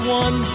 one